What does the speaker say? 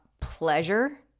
pleasure